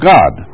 God